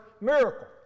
miracle